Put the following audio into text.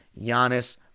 Giannis